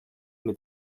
mit